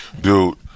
Dude